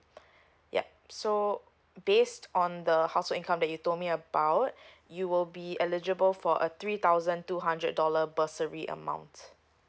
yup so based on the household income that you told me about you will be eligible for a three thousand two hundred dollar bursary amount